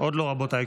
עוד לא, רבותיי.